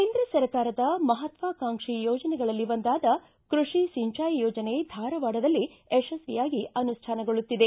ಕೇಂದ್ರ ಸರ್ಕಾರದ ಮಹತ್ವಾಕಾಂಕ್ಷಿ ಯೋಜನೆಗಳಲ್ಲಿ ಒಂದಾದ ಕೃಷಿ ಸಿಂಚಾಯಿ ಯೋಜನೆ ಧಾರವಾಡದಲ್ಲಿ ಯಶಸ್ವಿಯಾಗಿ ಅನುಷ್ಠಾನಗೊಳ್ಳುತ್ತಿದೆ